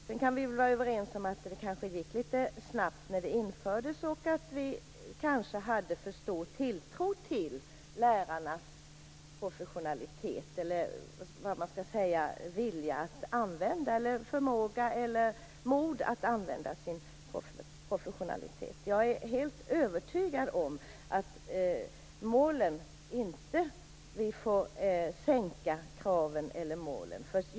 Vi kan vara överens om att det kanske gick litet snabbt vid införandet. Kanske hade vi för stor tilltro till lärarnas professionalism - eller vilja, förmåga eller mod att använda sig professionalism. Jag är helt övertygad om att vi inte får sänka kraven eller minska på målen.